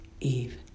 Eve